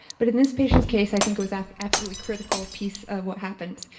but, in this patient's case, i think it was ah absolutely critical piece of what happened,